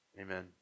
Amen